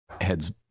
heads